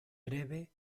breve